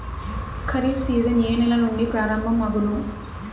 Kharif season ఏ నెల నుండి ప్రారంభం అగును?